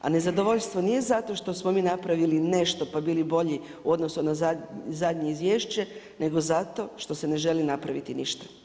A nezadovoljstvo nije zato što smo mi napravili nešto pa bili bolji u odnosu na zadnje izvješće, nego zato što se ne želi napraviti ništa.